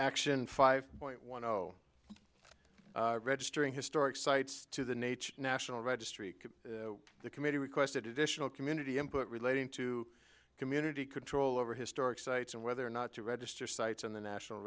action five point one zero registering historic sites to the nature national registry the committee requested additional community input relating to community control over historic sites and whether or not to register sites on the national